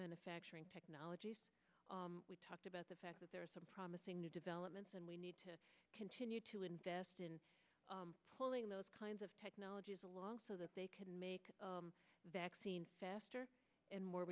manufacturing technology we talked about the fact that there are some promising new developments and we need to continue to invest in pulling those kinds of technologies along so that they can make vaccines faster and more